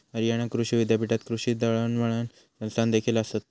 हरियाणा कृषी विद्यापीठात कृषी दळणवळण संस्थादेखील आसत